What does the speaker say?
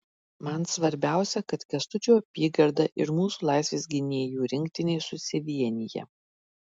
man svarbiausia kad kęstučio apygarda ir mūsų laisvės gynėjų rinktinė susivienija